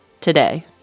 today